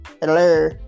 Hello